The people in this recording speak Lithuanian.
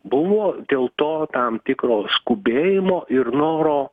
buvo dėl to tam tikro skubėjimo ir noro